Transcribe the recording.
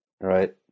right